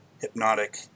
hypnotic